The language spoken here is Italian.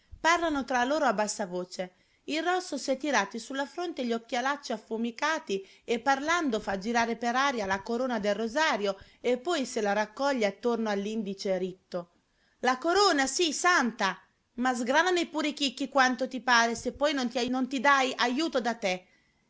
parlano tra loro a bassa voce il rosso s'è tirati sulla fronte gli occhialacci affumicati e parlando fa girare per aria la corona del rosario e poi se la raccoglie attorno all'indice ritto la corona sì santa ma sgranane pure i chicchi quanto ti pare se poi non ti dai ajuto da te